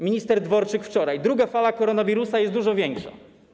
Minister Dworczyk wczoraj: Druga fala koronawirusa jest dużo większa.